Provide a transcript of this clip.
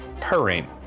purring